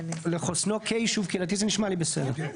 לחוסנו כיישוב קהילתי זה נשמע לי בסדר.